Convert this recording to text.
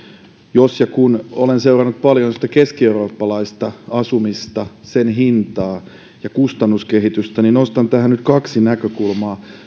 jos ja kun olen seurannut paljon keskieurooppalaista asumista sen hintaa ja kustannuskehitystä niin nostan tähän nyt kaksi näkökulmaa